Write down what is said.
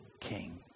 king